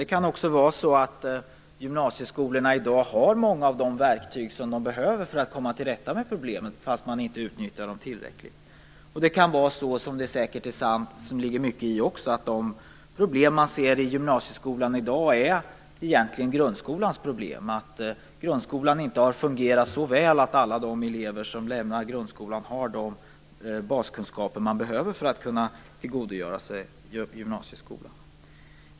Det kan också vara så att gymnasieskolorna i dag har många av de verktyg de behöver för att komma till rätta med problemen fast de inte utnyttjar dem tillräckligt. Och det kan vara så, vilket det säkert också ligger mycket i, att de problem man ser i gymnasieskolan i dag egentligen är grundskolans problem, dvs. att grundskolan inte har fungerat så väl att alla de elever som lämnar den har de baskunskaper de behöver för att kunna tillgodogöra sig gymnasieskolan.